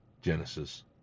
Genesis